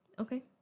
Okay